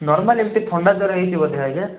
normal ଏମିତି ଥଣ୍ଡା ଜର ହେଇଛି ବୋଧେ ଆଜ୍ଞା